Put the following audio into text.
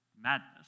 madness